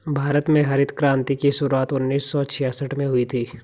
भारत में हरित क्रान्ति की शुरुआत उन्नीस सौ छियासठ में हुई थी